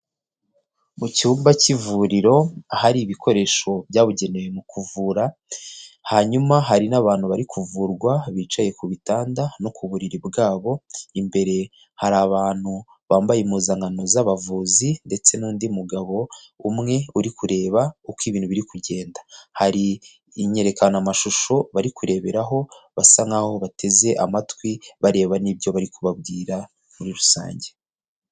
Mu cyumba cy'ivuriro ahari ibikoresho byabugenewe mu kuvura hanyuma hari n'abantu bari kuvurwa bicaye ku bitanda no ku buriri bwabo imbere hari abantu bambaye impuzankano z'abavuzi ndetse n'undi mugabo umwe uri kureba uko ibintu biri kugenda hari inyerekanmashusho bari kureberaho basa naho bateze amatwi bareba n'ibyo bari kubabwira muri rusange.